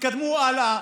תתקדמו הלאה,